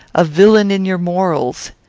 a villain in your morals!